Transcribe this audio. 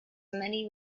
many